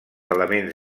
elements